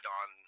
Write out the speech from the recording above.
on